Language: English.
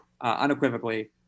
unequivocally